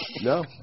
No